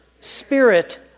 spirit